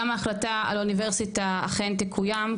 ההחלטה על האוניברסיטה אכן תקוים,